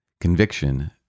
conviction